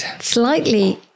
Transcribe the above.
slightly